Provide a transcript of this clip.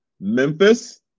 Memphis